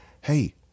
hey